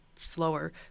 slower